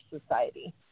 society